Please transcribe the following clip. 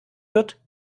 wird